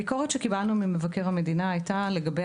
הביקורת שקיבלנו ממבקר המדינה הייתה לגבי